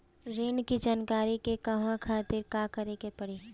ऋण की जानकारी के कहवा खातिर का करे के पड़ी?